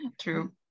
True